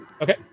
Okay